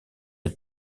est